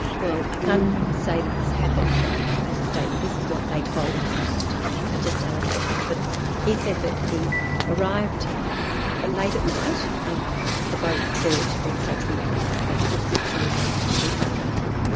well i can't say that this happened, right, as a statement. this is what they told us happened, they're just allegations. but he said that he arrived ah late at night, and the boat voyage had been so traumatic that they'd put drips in his arms to rehydrate him,